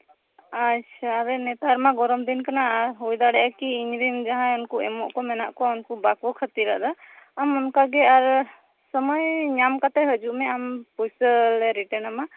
ᱟᱪᱪᱷᱟ ᱱᱮᱛᱟᱨᱢᱟ ᱜᱚᱨᱚᱢ ᱫᱤᱱ ᱠᱟᱱᱟ ᱟᱨ ᱦᱳᱭ ᱫᱟᱲᱮᱭᱟᱜᱼᱟ ᱠᱤ ᱤᱧᱨᱮᱱ ᱡᱟᱦᱟᱸᱭ ᱮᱢᱚᱜ ᱠᱚ ᱢᱮᱱᱟᱜ ᱠᱚᱣᱟ ᱩᱱᱠᱩ ᱵᱟᱝ ᱠᱚ ᱠᱷᱟᱹᱛᱤᱨ ᱟᱫᱟ ᱟᱢ ᱚᱱᱠᱟᱜᱮ ᱟᱨ ᱥᱚᱢᱚᱭ ᱧᱟᱢ ᱠᱟᱛᱮᱫ ᱦᱤᱡᱩᱜ ᱢᱮ ᱟᱢ ᱯᱩᱭᱥᱟᱹ ᱞᱮ ᱨᱤᱴᱟᱨᱱ ᱟᱢᱟ